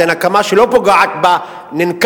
זו נקמה שלא פוגעת בננקם,